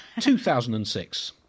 2006